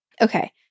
Okay